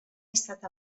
estat